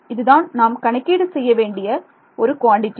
இதுதான் நாம் கணக்கீடு செய்ய வேண்டிய ஒரு குவாண்டிடி